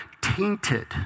tainted